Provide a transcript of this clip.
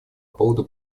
поводу